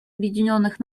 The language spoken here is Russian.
объединенных